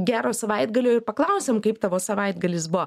gero savaitgalio ir paklausiam kaip tavo savaitgalis buvo